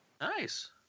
Nice